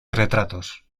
retratos